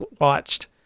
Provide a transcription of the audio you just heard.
watched